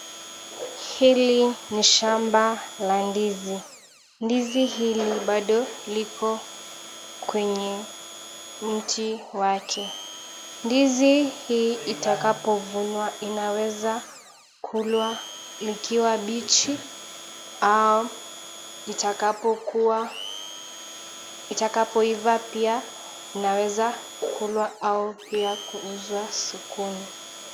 Hili ni shamba la ndizi. Ndizi hili bado liko kwenye mti wake. Ndizi hii itakapo vunwa inaweza kulwa ikiwa mbichi au itakapokua, itakapoiva pia inaweza kulwa au pia kuuzwa sokoni.